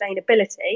sustainability